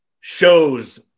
shows